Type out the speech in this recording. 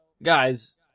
Guys